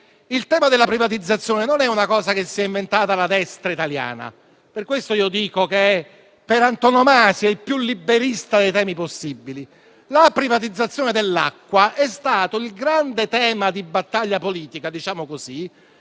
Il tema della privatizzazione non è qualcosa che si è inventata la destra italiana. Per questo io dico che questo è, per antonomasia, il più liberista dei temi possibili. La privatizzazione dell'acqua è stato il grande tema di battaglia politica che c'è